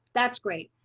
that's great.